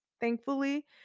thankfully